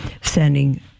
sending